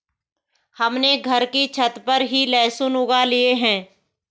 हमने घर की छत पर ही लहसुन उगा लिए हैं